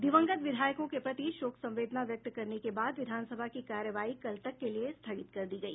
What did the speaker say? दिवंगत विधायकों के प्रति शोक संवेदना व्यक्त करने के बाद विधानसभा की कार्यवाही कल तक के लिए स्थगित कर दी गई